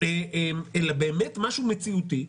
אלא משהו מציאותי.